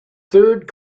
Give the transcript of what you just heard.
third